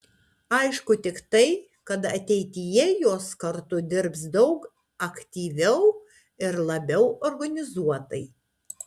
aišku tik tai kad ateityje jos kartu dirbs daug aktyviau ir labiau organizuotai